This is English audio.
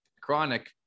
Chronic